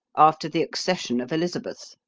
after the accession of elizabeth.